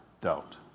doubt